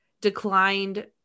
declined